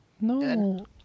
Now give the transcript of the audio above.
No